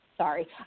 Sorry